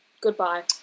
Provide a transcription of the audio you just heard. goodbye